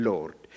Lord